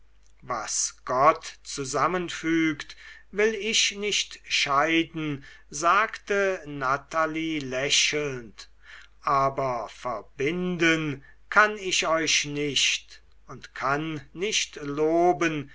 was gott zusammenfügt will ich nicht scheiden sagte natalie lächelnd aber verbinden kann ich euch nicht und kann nicht loben